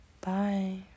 Bye